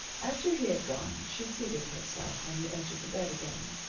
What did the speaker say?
after he had gone she seated herself on the edge of the bed again,